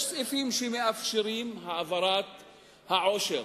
יש סעיפים שמאפשרים את העברת העושר,